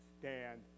stand